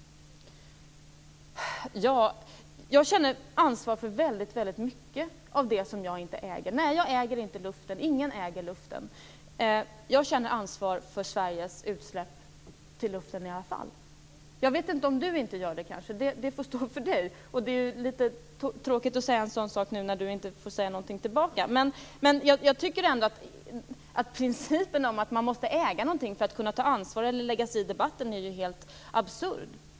Jag känner ansvar för väldigt mycket av det jag inte äger. Nej, jag äger inte luften. Ingen äger luften. Jag känner ansvar för Sveriges utsläpp i luften i alla fall. Jag vet inte om inte Peter gör det, men det får stå för honom. Det är litet tråkigt att säga en sådan sak när han inte får svara. Men principen att man måste äga någonting för att kunna ta ansvar eller lägga sig i debatten är helt absurd.